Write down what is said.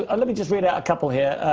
ah let me just read out a couple here.